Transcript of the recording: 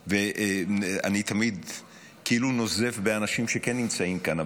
אני תמיד כאילו נוזף באנשים שכן נמצאים כאן,